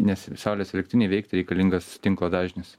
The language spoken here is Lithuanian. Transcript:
nes saulės elektrinei veikt reikalingas tinklo dažnis